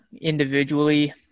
individually